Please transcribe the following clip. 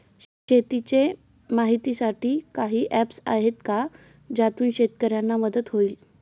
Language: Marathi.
शेतीचे माहितीसाठी काही ऍप्स आहेत का ज्यातून शेतकऱ्यांना मदत होईल?